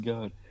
God